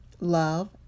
love